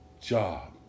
job